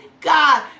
God